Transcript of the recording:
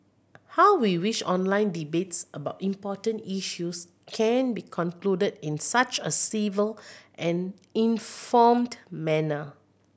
how we wish online debates about important issues can be concluded in such a civil and informed manner